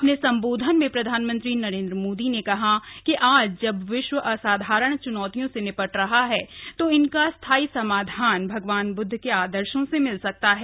अपने संबाधन में प्रधानमंत्री नरेंद्र माद्री ने कहा कि आज जब विश्व असाधारण चुनौतियों से निपट रहा है तथ इनका स्थायी समाधान भगवान ब्द्ध के आदर्शों से मिल सकता है